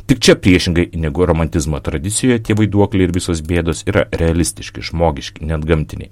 tik čia priešingai negu romantizmo tradicijoje tie vaiduokliai ir visos bėdos yra realistiški žmogiški net gamtiniai